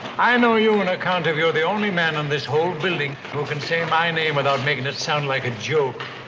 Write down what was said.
i know you on account of you're the only man in this whole building who can say my name without making it sound like a joke.